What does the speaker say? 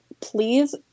Please